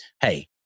Hey